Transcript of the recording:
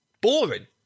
Boring